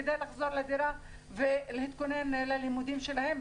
כדי לחזור לדירה ולהתכונן ללימודים שלהם.